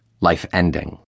Life-ending